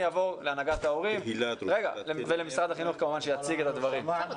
אעבור להנהגת ההורים וכמובן למשרד החינוך שיציג את הדברים.